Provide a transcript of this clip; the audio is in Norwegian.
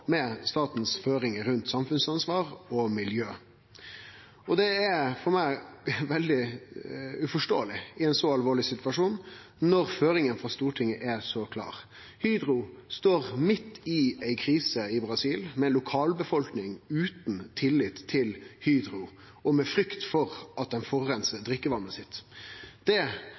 med statlege føringar for samfunnsansvar og miljø. Det er for meg uforståeleg i ein så alvorleg situasjon når føringa frå Stortinget er så klar. Hydro står midt i ei krise i Brasil med ei lokalbefolkning utan tillit til Hydro og med frykt for at ein forureinar drikkevatnet deira. Det burde næringsministeren gått inn på i innlegget sitt,